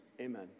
Amen